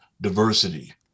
diversity